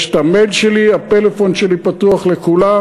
יש את המייל שלי, הפלאפון שלי פתוח לכולם.